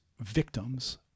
victims